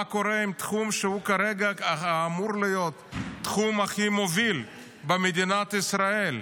מה קורה עם התחום שאמור להיות התחום הכי מוביל במדינת ישראל,